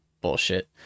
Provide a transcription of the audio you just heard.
bullshit